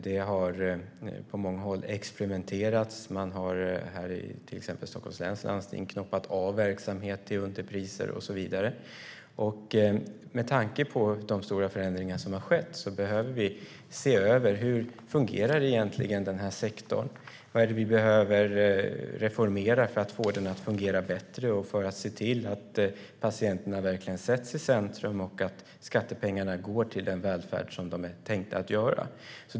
Det har på många håll experimenterats. Här i till exempel Stockholms läns landsting har man knoppat av verksamhet till underpriser och så vidare. Med tanke på de stora förändringar som har skett behöver vi se över hur denna sektor egentligen fungerar. Vad behöver vi reformera för att få den att fungera bättre och för att se till att patienterna verkligen sätts i centrum och att skattepengarna går till den välfärd som de är tänkta att gå till?